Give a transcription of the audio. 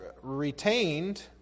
...retained